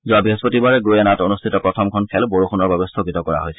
যোৱা বৃহস্পতিবাৰে গুয়ানাত অনুষ্ঠিত প্ৰথমখন খেল বৰষুণৰ বাবে স্থগিত ৰখা হৈছিল